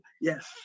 Yes